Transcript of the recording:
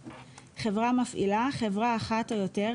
"חברה מפעילה" חברה אחת או יותר,